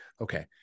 okay